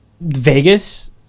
Vegas